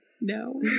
no